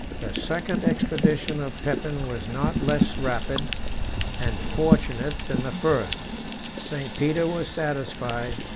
the second expedition of pepin was not less rapid and fortunate than the first st. peter was satisfied,